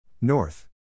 North